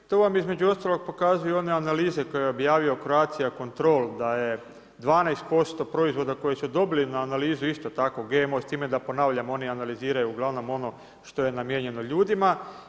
To vam između ostalog pokazuju i one analize, koje je objavio Croatia control, da je 12% proizvoda koji su dobili na analizu, isto tako, GMO, s time da ponavljam, oni analiziraju, ugl. ono što je namijenjeno ljudima.